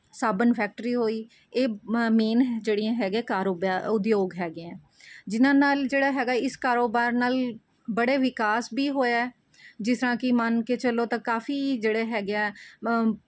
ਸਾਬਣ ਫੈਕਟਰੀ ਹੋਈ ਇਹ ਮ ਮੇਨ ਜਿਹੜੀਆਂ ਹੈਗੇ ਕਾਰੋਬਾਰ ਉਦਯੋਗ ਹੈਗੇ ਹੈ ਜਿਨ੍ਹਾਂ ਨਾਲ ਜਿਹੜਾ ਹੈਗਾ ਇਸ ਕਾਰੋਬਾਰ ਨਾਲ ਬੜੇ ਵਿਕਾਸ ਵੀ ਹੋਇਆ ਜਿਸ ਤਰ੍ਹਾਂ ਕਿ ਮੰਨ ਕੇ ਚੱਲੋ ਤਾਂ ਕਾਫੀ ਜਿਹੜੇ ਹੈਗੇ ਆ